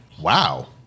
Wow